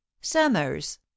Summers